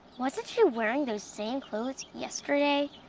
wasn't she wearing those same clothes yesterday?